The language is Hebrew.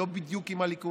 לא בדיוק עם הליכוד.